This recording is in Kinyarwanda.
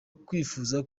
bwifuza